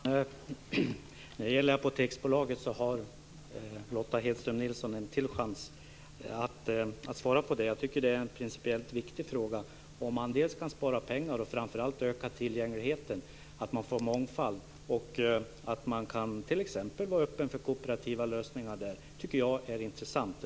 Fru talman! När det gäller Apoteksbolaget har Lotta Nilsson-Hedström en chans till att svara. Det är en principiellt viktig fråga om det dels går att spara pengar, dels om det går att öka tillgängligheten. Det handlar om mångfald, t.ex. att vara öppen för kooperativa lösningar. Det tycker jag är intressant.